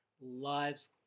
Lives